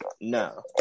No